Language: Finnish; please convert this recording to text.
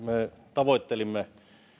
tavoittelimme